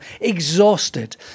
Exhausted